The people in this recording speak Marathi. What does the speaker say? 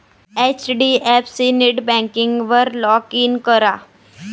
एच.डी.एफ.सी नेटबँकिंगवर लॉग इन करा